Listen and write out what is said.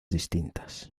distintas